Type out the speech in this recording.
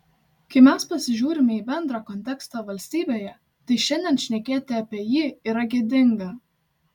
kai mes pasižiūrime į bendrą kontekstą valstybėje tai šiandien šnekėti apie jį yra gėdinga